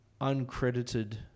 uncredited